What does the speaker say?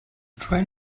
train